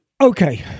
Okay